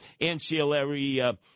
ancillary